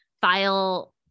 file